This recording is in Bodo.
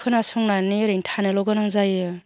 खोनासंनानै ओरैनो थानोल' गोनां जायो